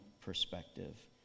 perspective